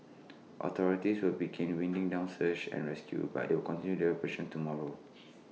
authorities will begin winding down search and rescue but they will continue the operation tomorrow